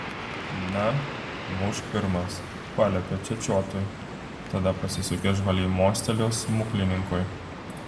na mušk pirmas paliepė čečiotui tada pasisukęs žvaliai mostelėjo smuklininkui